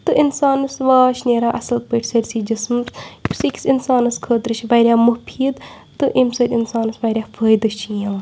تہٕ اِنسانَس واش نیران اَصٕل پٲٹھۍ سٲرسٕے جِسمَس یُس أکِس اِنسانَس خٲطرٕ چھِ واریاہ مُفیٖد تہٕ امہِ سۭتۍ اِنسانَس واریاہ فٲیدٕ چھِ یِوان